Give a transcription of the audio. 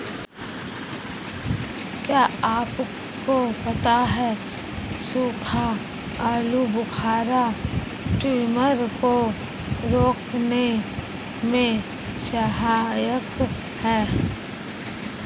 क्या आपको पता है सूखा आलूबुखारा ट्यूमर को रोकने में सहायक है?